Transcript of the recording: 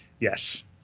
Yes